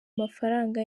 mafaranga